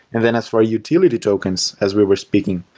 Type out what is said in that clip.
then as for utility tokens as we were speaking,